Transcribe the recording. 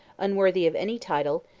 unworthy of any title,